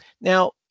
Now